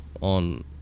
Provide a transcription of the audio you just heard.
on